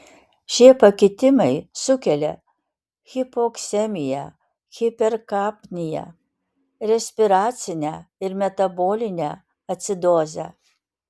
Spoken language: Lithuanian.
šie pakitimai sukelia hipoksemiją hiperkapniją respiracinę ir metabolinę acidozę